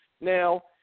Now